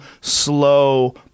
slow